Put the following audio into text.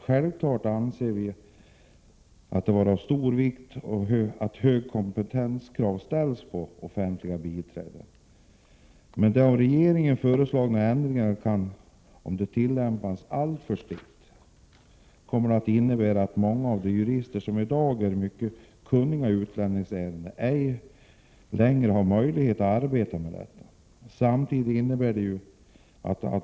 Vi anser det självfallet vara av mycket stor vikt att krav på hög kompetens ställs på offentliga biträden, men av regeringen föreslagna ändringar skulle, om de tillämpas alltför strikt, innebära att många av de jurister som i dag är mycket kunniga i utlänningsärenden ej längre har möjlighet att arbeta med dessa.